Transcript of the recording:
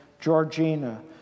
Georgina